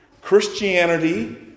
Christianity